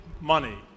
money